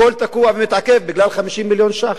הכול תקוע ומתעכב בגלל 50 מיליון שקלים.